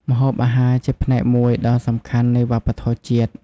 ម្ហូបអាហារជាផ្នែកមួយដ៏សំខាន់នៃវប្បធម៌ជាតិ។